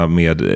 med